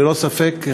ללא ספק,